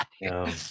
No